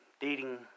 dating